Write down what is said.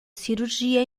cirurgia